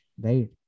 right